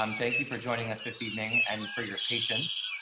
um thank you for joining us this evening and for your patience